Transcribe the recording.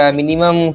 minimum